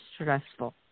stressful